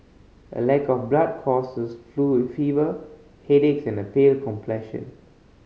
a lack of blood causes flu with fever headaches and a pale complexion